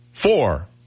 Four